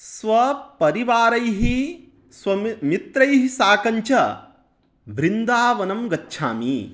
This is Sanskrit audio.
स्व परिवारैः स्वमित्रैः साकञ्च बृन्दावनं गच्छामि